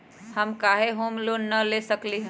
हम काहे home loan न ले सकली ह?